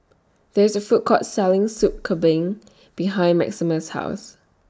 There IS A Food Court Selling Soup Kambing behind Maximus' House